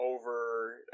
over